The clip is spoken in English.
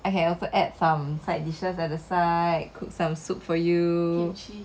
I can also add some side dishes at the side cook some soup for you